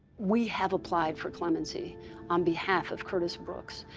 we have applied for clemency on behalf of curtis brooks.